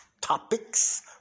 topics